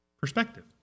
perspective